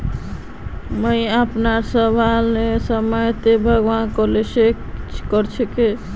मुई अपनार सबला समय त भरवार कोशिश कर छि